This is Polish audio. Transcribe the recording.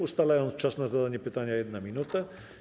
Ustalam czas na zadanie pytania - 1 minuta.